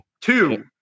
Two